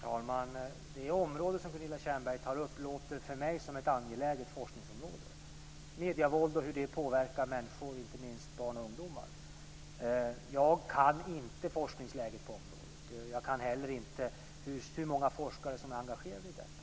Herr talman! Det område som Gunilla Tjernberg tar upp låter för mig som ett angeläget forskningsområde - medievåld och hur det påverkar människor, inte minst barn och ungdomar. Jag kan inte forskningsläget på området. Jag känner inte heller till hur många forskare som är engagerade i detta.